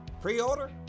Pre-order